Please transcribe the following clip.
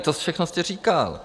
To všechno jste říkal.